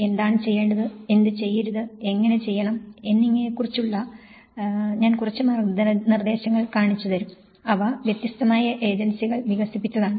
എന്താണ് ചെയ്യേണ്ടത് എന്ത് ചെയ്യരുത് എങ്ങനെ ചെയ്യണം എന്നിവയെക്കുറിച്ചു ഞാൻ കുറച്ച് മാർഗ്ഗനിർദ്ദേശങ്ങൾ കാണിക്കും അവ വ്യത്യസ്തമായ ഏജൻസികൾ വികസിപ്പിച്ചതാണ്